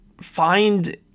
find